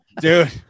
dude